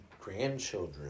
grandchildren